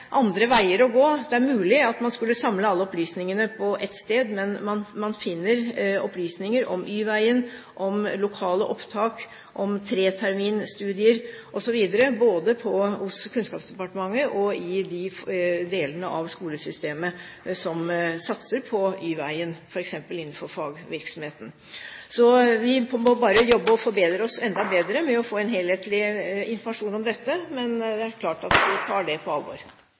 andre veier å gå. Det er mulig man skulle samle alle opplysningene på ett sted, men man finner opplysninger om Y-veien, om lokale opptak, om tre-termin-studier osv. både hos Kunnskapsdepartementet og i de delene av skolesystemet som satser på Y-veien, f.eks. innenfor fagvirksomheten. Vi må bare jobbe med å forbedre oss enda mer for å få en helhetlig informasjon om dette, men det er klart at vi tar det på alvor.